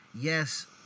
yes